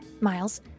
Miles